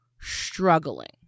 struggling